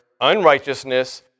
unrighteousness